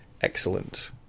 Excellent